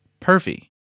perfy